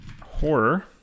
horror